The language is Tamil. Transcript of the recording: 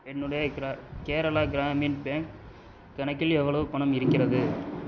என்னுடைய க்ர கேரளா கிராமின் பேங்க் கணக்கில் எவ்வளவு பணம் இருக்கிறது